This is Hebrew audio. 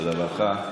תודה רבה לך.